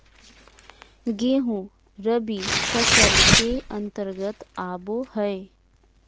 गेंहूँ रबी फसल के अंतर्गत आबो हय